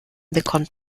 bekommt